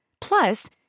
Plus